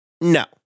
No